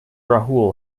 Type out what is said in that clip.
rahul